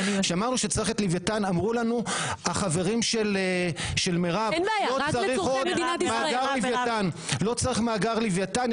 אמרו לנו החברים של מרב לא צריך עוד מאגר ליוויתן,